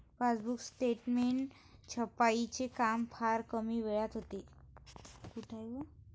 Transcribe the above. passbook statement छपाईचे काम फार कमी वेळात होते